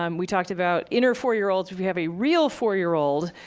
um we talked about inner four year olds, we have a real four year old,